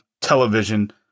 television